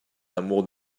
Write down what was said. d’amour